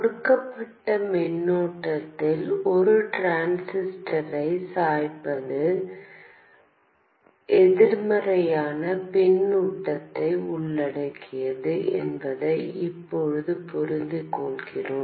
கொடுக்கப்பட்ட மின்னோட்டத்தில் ஒரு டிரான்சிஸ்டரைச் சாய்ப்பது எதிர்மறையான பின்னூட்டத்தை உள்ளடக்கியது என்பதை இப்போது புரிந்துகொள்கிறோம்